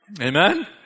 Amen